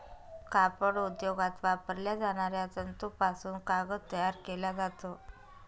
कापड उद्योगात वापरल्या जाणाऱ्या तंतूपासून कागद तयार केला जातो